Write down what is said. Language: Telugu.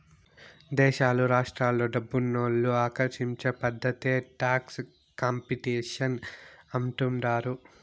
దేశాలు రాష్ట్రాలు డబ్బునోళ్ళు ఆకర్షించే పద్ధతే టాక్స్ కాంపిటీషన్ అంటుండారు